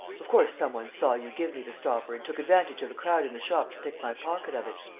of course, some one saw you give me the stopper and took advantage of the crowd in the shop to pick my pocket of it.